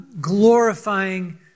glorifying